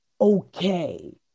okay